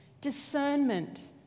Discernment